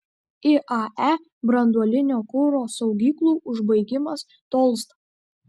iae branduolinio kuro saugyklų užbaigimas tolsta